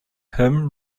him